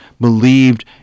believed